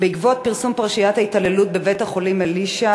בעקבות פרסום פרשיית ההתעללות בבית-החולים "אלישע",